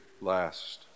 last